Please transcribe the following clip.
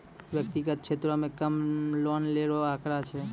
व्यक्तिगत क्षेत्रो म कम लोन लै रो आंकड़ा छै